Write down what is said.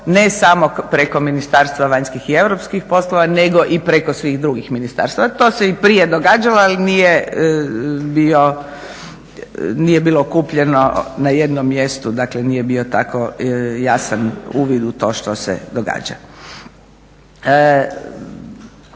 ne samo preko Ministarstva vanjskih i europskih poslova nego i preko svih drugih ministarstava. To se i prije događalo ali nije bilo okupljeno na jednom mjestu. Dakle, nije bio tako jasan uvid u to što se događa.